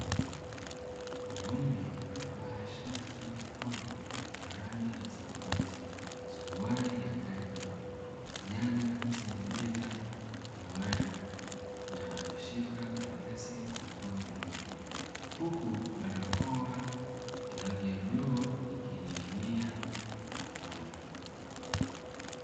Mwanaume amevaa shati la polo la rangi ya samawati, suruali ya kaki, kinyago chenye giza na miwani na ameshika karatasi kwa mkono mmoja huku barakoa ya rangi ya bluu ikining'inia mkononi.